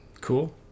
Cool